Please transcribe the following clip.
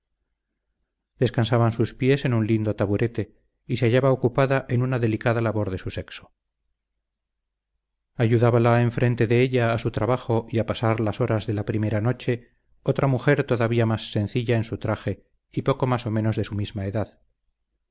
descansaban sus pies en un lindo taburete y se hallaba ocupada en una delicada labor de su sexo ayudábala enfrente de ella a su trabajo y a pasar las horas de la primera noche otra mujer todavía más sencilla en su traje y poco más o menos de su misma edad